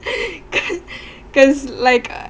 cause cause like